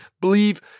believe